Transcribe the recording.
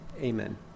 Amen